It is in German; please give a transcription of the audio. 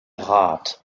rat